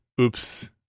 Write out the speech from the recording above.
Oops